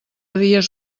dies